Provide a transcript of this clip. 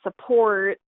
support